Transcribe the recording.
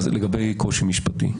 איגי פז, לגבי קושי משפטי.